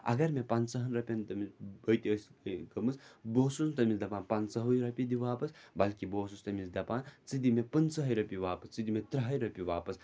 اگر مےٚ پنٛژٕہن رۄپیَن بٔتۍ ٲس گٔمٕژ بہٕ اوسُس نہٕ تٔمِس دَپان پنٛژہٲوٕے رۄپیہِ دِ واپَس بٔلکہِ بہٕ اوسُس تٔمِس دَپان ژٕ دِ مےٚ پٕنٛژٕہَے رۄپیہِ واپَس ژٕ دِ مےٚ تٕرٛہَے رۄپیہِ واپَس